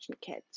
kids